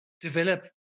develop